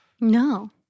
No